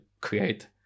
create